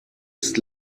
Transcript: ist